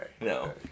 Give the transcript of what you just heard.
No